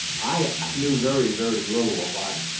i knew very, very little about